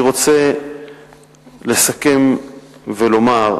אני רוצה לסכם ולומר,